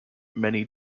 many